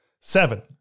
seven